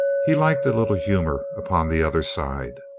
he liked a little humor upon the other side.